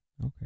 Okay